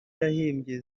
yahimbye